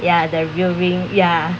ya the real ring ya